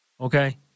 Okay